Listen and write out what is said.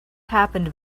happened